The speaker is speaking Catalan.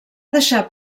deixar